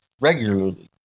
regularly